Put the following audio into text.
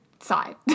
side